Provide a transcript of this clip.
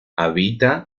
habita